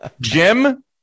Jim